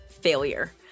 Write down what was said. failure